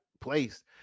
place